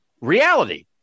reality